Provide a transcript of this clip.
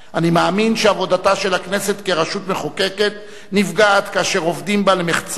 אני מאמין שעבודתה של הכנסת כרשות המחוקקת נפגעת כאשר עובדים בה למחצה,